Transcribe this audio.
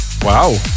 Wow